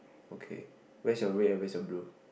okay where's your red and where's your blue